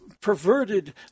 perverted